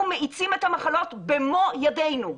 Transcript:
אנחנו מאיצים את המחלות במו ידינו,